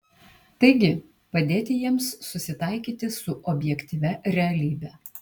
taigi padėti jiems susitaikyti su objektyvia realybe